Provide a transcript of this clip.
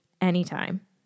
anytime